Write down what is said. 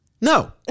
no